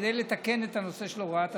כדי לתקן את הנושא של הוראת השעה.